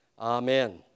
Amen